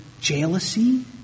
jealousy